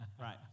Right